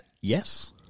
yes